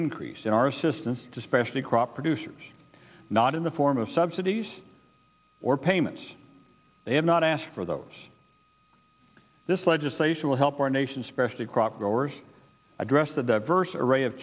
increase in our assistance to specially crop producers not in the form of subsidies or payments they have not asked for those this legislation will help our nation specially crop growers address the diverse array of